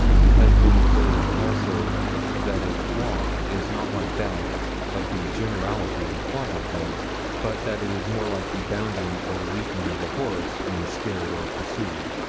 it has been observed also that its walk is not like that of the generality of quadrupeds, but that it is more like the bounding or leaping of a horse when scared or pursued.